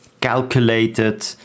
calculated